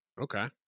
Okay